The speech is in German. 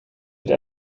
wird